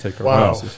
Wow